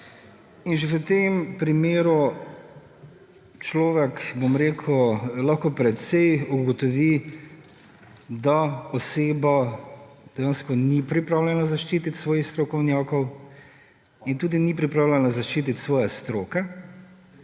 In že v tem primeru človek lahko ugotovi, da oseba dejansko ni pripravljena zaščititi svojih strokovnjakov in tudi ni pripravljena zaščititi svoje stroke.